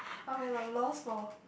I'm at a lost for